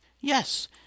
Yes